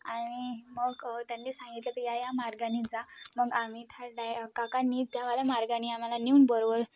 आणि मग त्यांनी सांगितलं की या या मार्गानी जा मग आम्ही त्या डाय काकानी त्यावाल्या मार्गाने आम्हाला नेऊन बरोबर